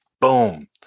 Boom